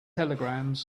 telegrams